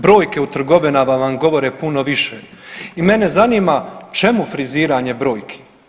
Brojke u trgovinama vam govore puno više i mene zanima čemu friziranje brojki?